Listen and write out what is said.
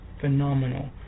phenomenal